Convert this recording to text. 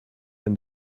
and